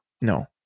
No